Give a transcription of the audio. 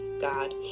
god